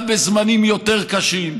גם בזמנים יותר קשים,